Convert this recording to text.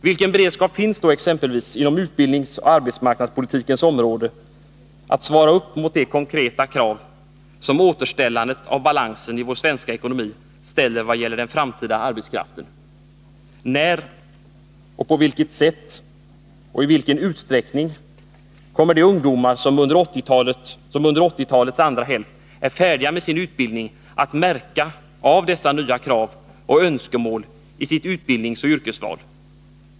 Vilken beredskap finns det inom exempelvis utbildningsoch arbetsmarknadspolitikens område för att man skall kunna svara upp mot de konkreta krav som återställandet av balansen i vår svenska ekonomi ställer i vad gäller den framtida arbetskraften? När, på vilket sätt och i vilken utsträckning kommer de ungdomar som under 1980-talets andra hälft blir färdiga med sin utbildning att märka dessa nya krav och önskemål i sitt utbildningsoch yrkesval?